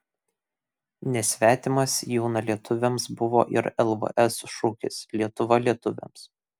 nesvetimas jaunalietuviams buvo ir lvs šūkis lietuva lietuviams